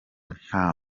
nta